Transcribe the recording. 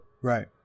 Right